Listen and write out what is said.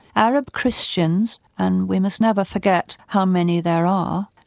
arab christians, and we must never forget how many there are,